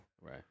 Right